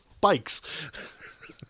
Bikes